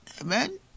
Amen